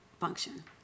function